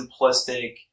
simplistic